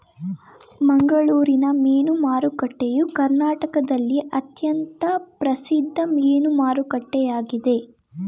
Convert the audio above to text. ಮಂಗಳೂರಿನ ಮೀನು ಮಾರುಕಟ್ಟೆಯು ಕರ್ನಾಟಕದಲ್ಲಿ ಅತ್ಯಂತ ಪ್ರಸಿದ್ಧ ಮೀನು ಮಾರುಕಟ್ಟೆಯಾಗಿದೆ